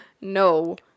no